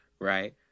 right